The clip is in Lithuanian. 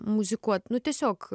muzikuot nu tiesiog